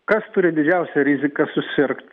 kas turi didžiausią riziką susirgt